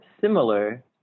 similar